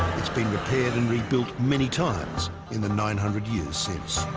it's been repaired and rebuilt many times in the nine hundred years since